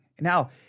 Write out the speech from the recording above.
Now